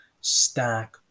stack